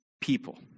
people